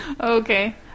Okay